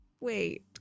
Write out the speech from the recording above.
Wait